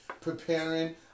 preparing